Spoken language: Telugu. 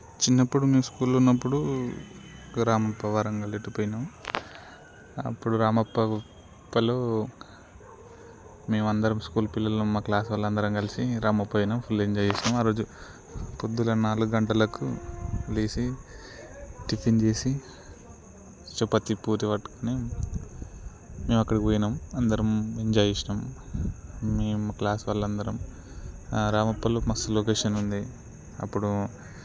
చిన్నప్పుడు మేము స్కూల్లో ఉన్నప్పుడు రామప్ప వరంగల్లో ఇటు పోయినాం అప్పుడు రామప్పలో మేమందరం స్కూల్ పిల్లలం మా క్లాస్ వాళ్ళు అందరం కలిసి డ్యామ్కి పోయినాం ఫుల్ ఎంజాయ్ చేసినాం ఆరోజు పొద్దున నాలుగు గంటలకు లేచి టిఫిన్ చేసి చపాతి పూరి పట్టుకొని మేము అక్కడికి పోయినాం అందరం ఎంజాయ్ చేసినాం మేము క్లాస్ వాళ్ళు అందరం రామప్పలో మస్తు లోకేషన్ ఉంది అప్పుడు